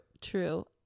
true